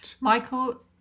Michael